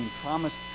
promised